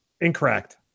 incorrect